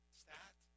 stat